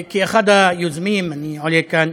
כאחד היוזמים אני עולה כאן